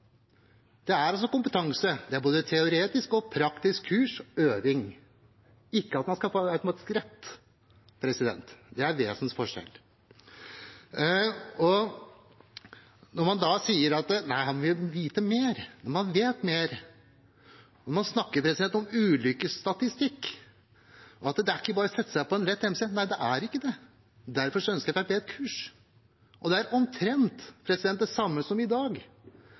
Det er altså kompetanse. Det er både teoretisk og praktisk kurs og øving, ikke at man skal få automatisk rett. Det er en vesensforskjell. Når man da sier at man må vite mer: Man vet mer. Man snakker om ulykkesstatistikk og at det ikke bare er å sette seg på en lett MC. Nei, det er ikke det. Derfor ønsker Fremskrittspartiet kurs. Og det er omtrent det samme som i dag.